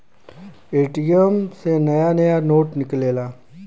ATM से नया नया नोट निकलेला